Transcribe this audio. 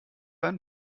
einen